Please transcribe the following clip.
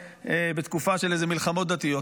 בתקופה של איזה מלחמות דתיות,